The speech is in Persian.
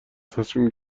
تصمیم